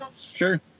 sure